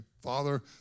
Father